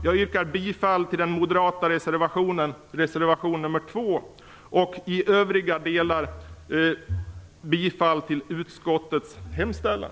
Jag yrkar bifall till den moderata reservationen nr 2. I övriga delar yrkar jag bifall till utskottets hemställan.